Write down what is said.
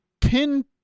pin